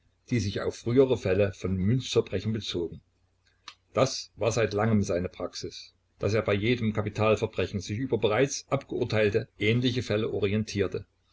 die sich auf frühere fälle von münzverbrechen bezogen das war seit langem seine praxis daß er bei jedem kapitalverbrechen sich über bereits abgeurteilte ähnliche fälle orientierte